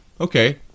okay